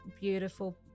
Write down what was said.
beautiful